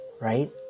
right